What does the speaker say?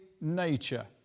nature